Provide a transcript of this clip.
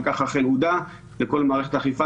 וכך אכן הוּדַע לכל מערכת האכיפה,